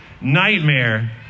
nightmare